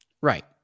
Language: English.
right